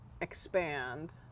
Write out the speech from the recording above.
expand